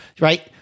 Right